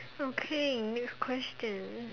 okay next question